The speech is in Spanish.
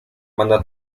banda